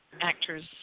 Actors